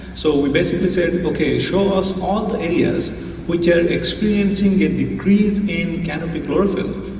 so we basically said okay, show us all the areas which are experiencing a decrease in canopy chlorophyll.